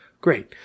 Great